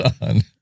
on